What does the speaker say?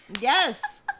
Yes